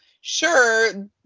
sure